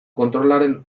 kontrolaren